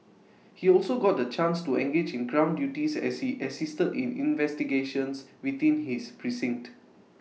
he also got the chance to engage in ground duties as he assisted in investigations within his precinct